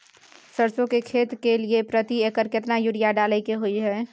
सरसो की खेती करे के लिये प्रति एकर केतना यूरिया डालय के होय हय?